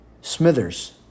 Smithers